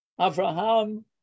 Abraham